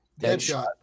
Deadshot